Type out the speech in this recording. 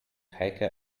heike